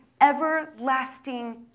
everlasting